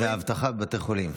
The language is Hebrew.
ואבטחה בבתי חולים.